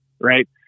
right